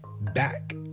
back